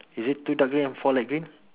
is it two dark green and four light green